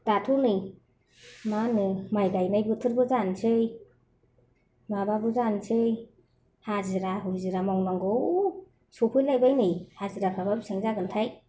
दाथ' नै मा होनो माइ गायनाय बोथोरबो जानोसै माबाबो जानोसै हाजिरा हुजिरा मावनांगौ सौफैलायबाय नै हाजिराफोराबा बेसेबां जागोनथाय